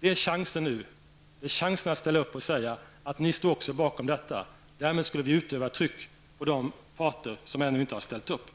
Nu har han chansen att ställa upp och säga att moderaterna också står bakom detta. Därmed skulle vi utöva tryck på de parter som ännu inte har ställt upp.